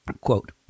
Quote